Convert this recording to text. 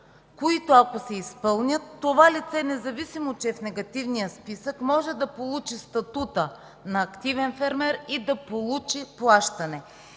които, ако се изпълнят, това лице, независимо че е в негативния списък, може да получи статута на активен фермер и да получи плащане.